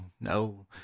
no